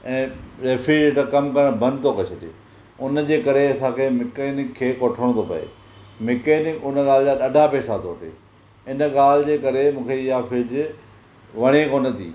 ऐं रेफ्रिजरेटर कमु करणु बंदि थो करे छॾे उन जे करे असांखे मिकेनिक खे वठिणो थो पए मिकेनिक हुन ॻाल्हि जा ॾाढा पेसा तो वठे हिन ॻाल्हि जे करे मूंखे इहा फ्रिज वणे कोन्ह ्थी